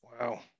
Wow